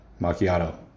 macchiato